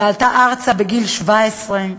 שעלתה ארצה בגיל 17,